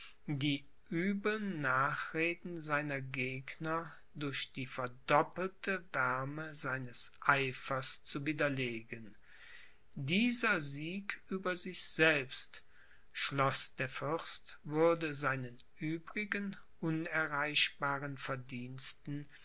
die übeln nachreden seiner gegner durch die verdoppelte wärme seines eifers zu widerlegen dieser sieg über sich selbst schloß der fürst würde seinen übrigen unerreichbaren verdiensten